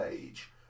age